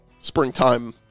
springtime